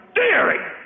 daring